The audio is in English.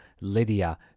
Lydia